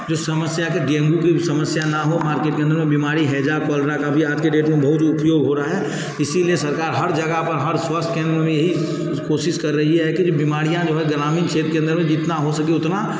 जो समस्या के डेंगू की समस्या न हो मार्केट में बीमारी हैजा फैलरा आज की डेट में बहुत उपयोग हो रहा है इसलिए सरकार हर जगह पर हर स्वास्थ्य केंद्र में ही कोशिश कर रही है की बीमारियाँ जो है ग्रामीण क्षेत्र के अंदर में जितना हो सके उतना